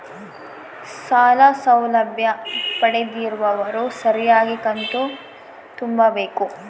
ಸಾಲ ಸೌಲಭ್ಯ ಪಡೆದಿರುವವರು ಸರಿಯಾಗಿ ಕಂತು ತುಂಬಬೇಕು?